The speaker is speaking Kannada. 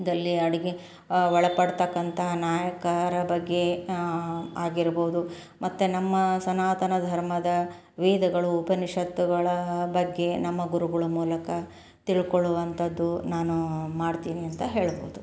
ದಲ್ಲಿ ಅಡಗಿ ಒಳಪಡತಕ್ಕಂಥ ನಾಯಕರ ಬಗ್ಗೆ ಆಗಿರಬೌದು ಮತ್ತು ನಮ್ಮ ಸನಾತನ ಧರ್ಮದ ವೇದಗಳು ಉಪನಿಷತ್ತುಗಳ ಬಗ್ಗೆ ನಮ್ಮ ಗುರುಗುಳ ಮೂಲಕ ತಿಳ್ಕೊಳ್ಳುವಂಥದ್ದು ನಾನು ಮಾಡ್ತೀನಿ ಅಂತ ಹೇಳ್ಬಹ್ದು